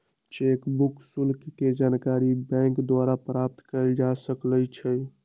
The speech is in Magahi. चेक बुक शुल्क के जानकारी बैंक द्वारा प्राप्त कयल जा सकइ छइ